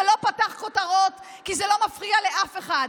זה לא פתח כותרות כי זה לא מפריע לאף אחד.